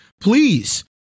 please